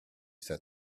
said